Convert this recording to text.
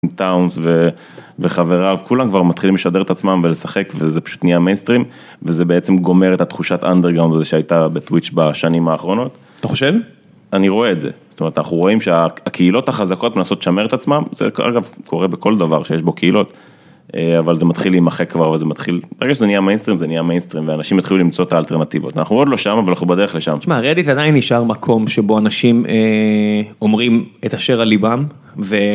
טאונס וחבריו כולם כבר מתחילים לשדר את עצמם ולשחק וזה פשוט נהיה mainstream. וזה בעצם גומר את התחושת אנדרגראונד זה שהייתה בטוויץ' בשנים האחרונות. אתה חושב? אני רואה את זה, אנחנו רואים שהקהילות החזקות מנסות לשמר את עצמם, זה קורה בכל דבר שיש בו קהילות. אבל זה מתחיל להימחק כבר, ברגע שזה נהיה mainstream, זה נהיה mainstream ואנשים יתחילו למצוא את האלטרנטיבות, אנחנו עוד לא שם אבל אנחנו בדרך לשם. רדיט עדיין נשאר מקום שבו אנשים אומרים את אשר על ליבם, ו..